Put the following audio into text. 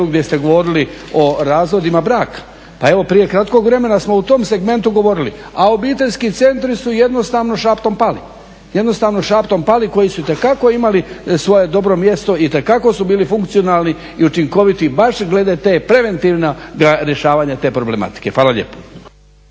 gdje ste govorili o razvodima braka. Pa evo prije kratkom vremena smo o tom segmentu govorili, a obiteljski centri su jednostavno šaptom pali koji su itekako imali svoje dobro mjesto, itekako su bili funkcionalni i učinkoviti i baš glede te preventivnog rješavanja te problematike. Hvala lijepo.